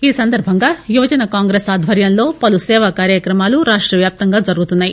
ఈ సందర్భంగా యువజన కాంగ్రెస్ ఆధ్వర్యంలో పలు సేవా కార్యక్రమాలు రాష్ట వ్యాప్తంగా జరుగుతున్నాయి